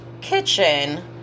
kitchen